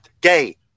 gay